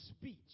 speech